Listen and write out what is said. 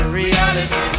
reality